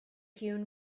hewn